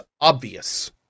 obvious